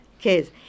Okay